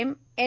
MA N